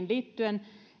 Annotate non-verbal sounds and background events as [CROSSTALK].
[UNINTELLIGIBLE] liittyen